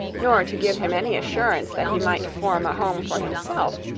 nor to give him any assurance that he might form a home for himself,